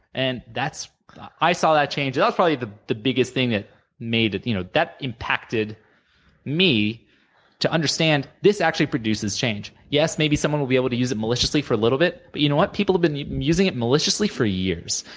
and that's i saw that change. that was probably the the biggest thing that made it you know that impacted me to understand this actually produces change. yes. maybe someone will be able to use it maliciously, for a little bit, but you know what? people have been using it maliciously for years,